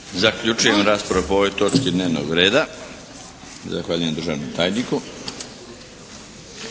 Zaključujem raspravu po ovoj točki dnevnog reda. Zahvaljujem državnom tajniku.